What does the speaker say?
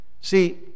See